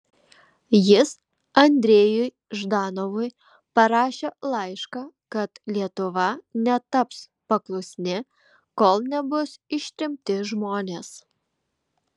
jis andrejui ždanovui parašė laišką kad lietuva netaps paklusni kol nebus ištremti žmonės